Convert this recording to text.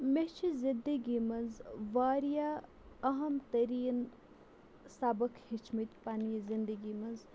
مےٚ چھِ زِندگی منٛز واریاہ اَہم تریٖن سبق ہیٚچھمٕتۍ پنٛنہِ زندگی منٛز